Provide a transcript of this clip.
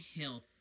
health